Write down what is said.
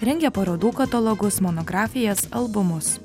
rengia parodų katalogus monografijas albumus